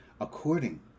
according